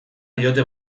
diote